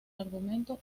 argumento